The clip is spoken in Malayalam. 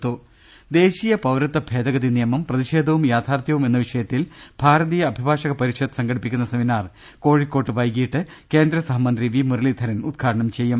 രുട്ട്ട്ട്ട്ട്ട്ട്ട്ട്ട്ട ദേശീയ പൌരത്വ ഭേദഗതി നിയമം പ്രതിഷേധവും യാഥാർത്ഥ്യവും എന്ന വിഷയത്തിൽ ഭാരതീയ അഭിഭാഷക പരിഷത് സംഘടിപ്പിക്കുന്ന സെമിനാർ കോഴിക്കോട്ട് വൈകീട്ട് കേന്ദ്ര സഹമന്ത്രി വി മുരളീധരൻ ഉദ്ഘാടനം ചെയ്യും